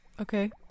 okay